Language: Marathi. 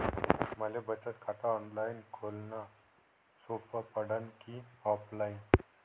मले बचत खात ऑनलाईन खोलन सोपं पडन की ऑफलाईन?